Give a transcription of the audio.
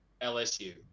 LSU